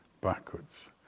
backwards